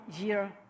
year